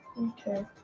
Okay